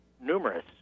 numerous